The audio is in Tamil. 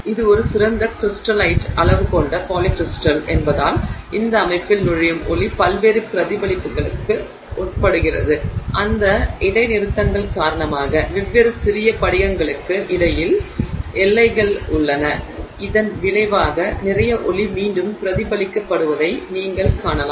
இது ஒரு சிறந்த கிரிஸ்டலிட் அளவு கொண்ட பாலிகிரிஸ்டல் என்பதால் இந்த அமைப்பில் நுழையும் ஒளி பல்வேறு பிரதிபலிப்புகளுக்கு உட்படுகிறது அந்த இடைநிறுத்தங்கள் காரணமாக வெவ்வேறு சிறிய படிகங்களுக்கு இடையில் எல்லைகள் உள்ளன இதன் விளைவாக நிறைய ஒளி மீண்டும் பிரதிபலிக்கப்படுவதை நீங்கள் காணலாம்